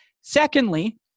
Secondly